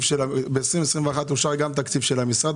ב-2021 אושר תקציב של המשרד,